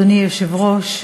אדוני היושב-ראש,